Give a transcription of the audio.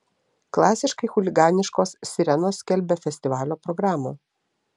klasiškai chuliganiškos sirenos skelbia festivalio programą